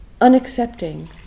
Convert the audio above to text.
unaccepting